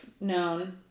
known